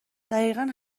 دقیقا